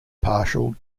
partial